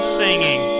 singing